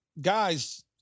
guys